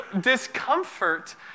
discomfort